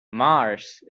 mars